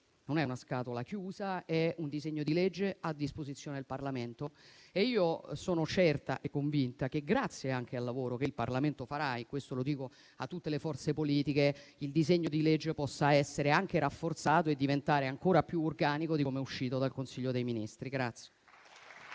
non è una scatola chiusa, ma un disegno di legge a disposizione del Parlamento; sono certa e convinta che, grazie anche al lavoro che il Parlamento farà - e questo lo dico a tutte le forze politiche - il disegno di legge potrà essere rafforzato e diventare ancora più organico di com'è uscito dal Consiglio dei ministri.